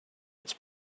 its